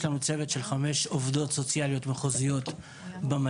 יש לנו צוות של חמש עובדות סוציאליות מחוזיות במטה.